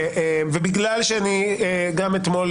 בגלל שגם אתמול,